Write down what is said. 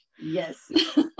Yes